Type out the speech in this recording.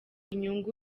inyungu